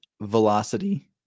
velocity